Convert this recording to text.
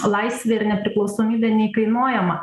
laisvė ir nepriklausomybė neįkainojama